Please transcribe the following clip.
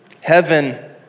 Heaven